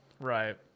Right